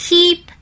Keep